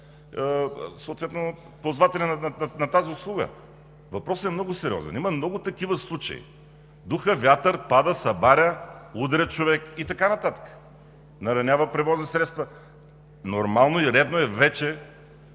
съответно ползватели на тази услуга. Въпросът е много сериозен. Има много такива случаи – духа вятър, пада, събаря, удря човек и така нататък, наранява превозни средства. Нормално и редно е вече